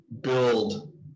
build